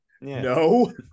No